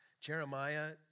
Jeremiah